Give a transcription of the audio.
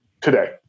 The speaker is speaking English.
today